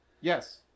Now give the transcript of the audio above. Yes